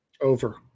Over